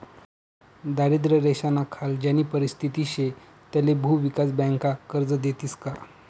दारिद्र्य रेषानाखाल ज्यानी परिस्थिती शे त्याले भुविकास बँका कर्ज देतीस का?